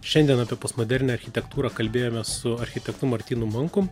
šiandien apie postmodernią architektūrą kalbėjomės su architektu martynu mankum